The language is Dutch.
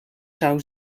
zou